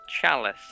chalice